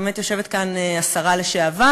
באמת יושבת כאן השרה לשעבר,